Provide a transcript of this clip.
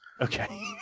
Okay